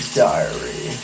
diary